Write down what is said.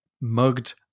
mugged